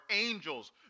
angels